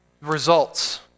results